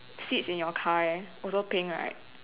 seats in your car also pink right